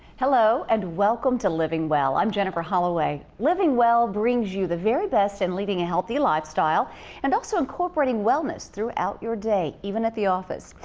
hello. and welcome to living well. i'm jennifer holloway. living well brings you the very best in leading a healthy lifestyle and also incorporating wellness throughout your day, even at the office.